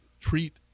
treat